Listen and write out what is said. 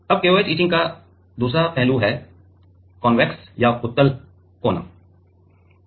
अब KOH etching का दूसरा पहलू है उत्तल कोना है